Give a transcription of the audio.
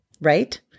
Right